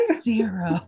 Zero